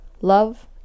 Love